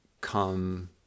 come